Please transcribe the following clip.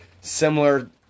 similar